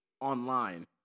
online